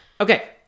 Okay